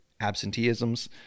absenteeisms